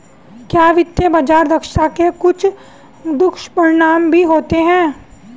क्या वित्तीय बाजार दक्षता के कुछ दुष्परिणाम भी होते हैं?